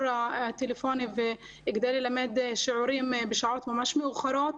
הטלפוני כדי ללמד שיעורים בשעות ממש מאוחרות.